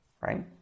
right